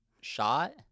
shot